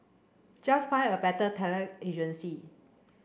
just find a better talent agency